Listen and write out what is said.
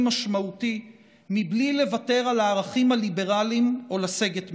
משמעותי בלי לוותר על הערכים הליברליים או לסגת מהם.